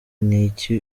n’iki